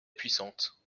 puissante